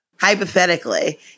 Hypothetically